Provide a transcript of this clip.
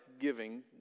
giving